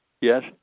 Yes